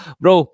bro